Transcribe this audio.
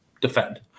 defend